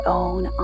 own